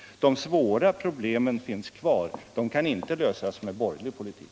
De svåra problemen finns kvar. De kan inte lösas med borgerlig politik.